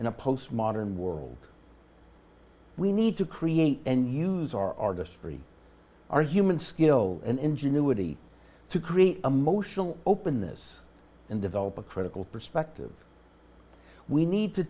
in a post modern world we need to create and use our artistry our human skill and ingenuity to create emotional openness and develop a critical perspective we need to